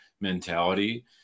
mentality